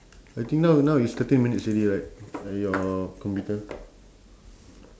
I think now now it's thirteen minutes already right at your computer